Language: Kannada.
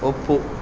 ಒಪ್ಪು